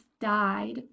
died